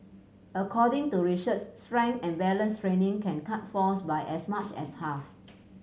according to research strength and balance training can cut falls by as much as half